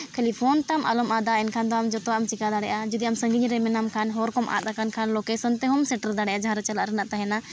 ᱠᱷᱟᱹᱞᱤ ᱯᱷᱳᱱ ᱛᱟᱢ ᱟᱞᱚᱢ ᱟᱫᱟ ᱮᱱᱠᱷᱟᱱ ᱫᱚ ᱟᱢ ᱡᱚᱛᱚᱣᱟᱜ ᱮᱢ ᱪᱤᱠᱟᱹ ᱫᱟᱲᱮᱭᱟᱜᱼᱟ ᱡᱩᱫᱤ ᱟᱢ ᱥᱟᱹᱜᱤᱧ ᱨᱮ ᱢᱮᱱᱟᱢ ᱠᱷᱟᱱ ᱦᱚᱨ ᱠᱚᱢ ᱟᱫ ᱟᱠᱟᱱ ᱠᱷᱟᱱ ᱞᱳᱠᱮᱥᱚᱱ ᱛᱮᱦᱚᱸᱢ ᱥᱮᱴᱮᱨ ᱫᱟᱲᱮᱭᱟᱜᱼᱟ ᱡᱟᱦᱟᱸᱨᱮ ᱪᱟᱞᱟᱜ ᱨᱮᱭᱟᱜ ᱛᱟᱦᱮᱱᱟ